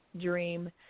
dream